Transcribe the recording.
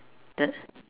the